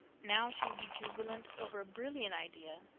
now she would be jubilant over a brilliant idea,